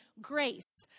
grace